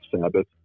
Sabbath